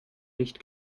licht